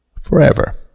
forever